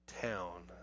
town